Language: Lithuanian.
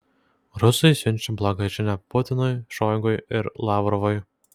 rusai siunčia blogą žinią putinui šoigu ir lavrovui